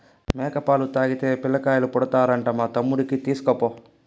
మేక పాలు తాగితే పిల్లకాయలు పుడతారంట మా తమ్ముడికి తీస్కపో